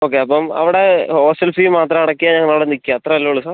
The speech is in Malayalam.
ഓക്കെ അപ്പോൾ അവിടെ ഹോസ്റ്റൽ ഫീ മാത്രം അടയ്ക്കണം ഞങ്ങൾ അവിടെ നിൽക്കാൻ അത്ര അല്ലേ ഉള്ളൂ സാർ